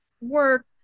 work